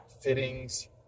fittings